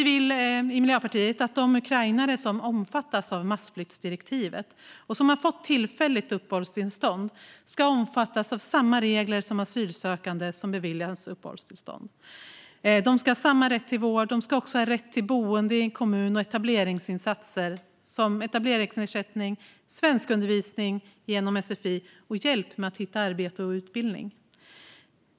Vi i Miljöpartiet vill att de ukrainare som omfattas av massflyktsdirektivet och har fått tillfälligt uppehållstillstånd ska omfattas av samma regler som asylsökande som beviljats uppehållstillstånd. De ska ha samma rätt till vård. De ska också ha rätt till boende i en kommun och till etableringsinsatser såsom etableringsersättning, svenskundervisning genom sfi och hjälp med att hitta arbete och utbildning.